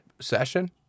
Session